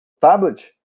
tablet